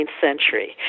century